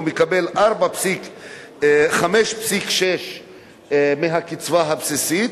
הוא מקבל 5.6% מהקצבה הבסיסית.